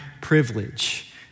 privilege